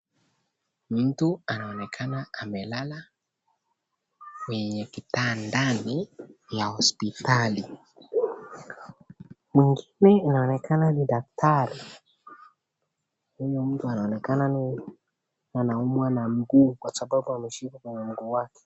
Mtu anaonekana amelala kwenye kitandani ya hospitali. Mwingine inaonekana ni daktari huyu mtu anaonekana anaumwa na mguu kwa sababu ameshika mgongo wake.